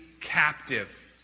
captive